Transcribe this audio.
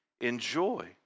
enjoy